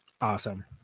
Awesome